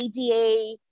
ADA